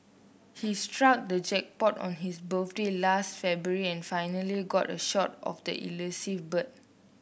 he struck the jackpot on his birthday last February and finally got a shot of the elusive bird